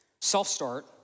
self-start